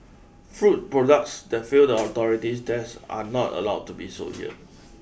food products that fail the authority's tests are not allowed to be sold here